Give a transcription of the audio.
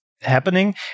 happening